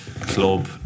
club